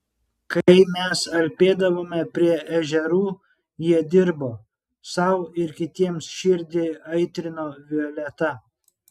kai mes alpėdavome prie ežerų jie dirbo sau ir kitiems širdį aitrino violeta